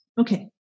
okay